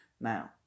now